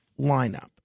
lineup